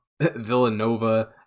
Villanova